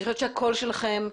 אני חושבת שהקול שלכם,